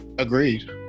Agreed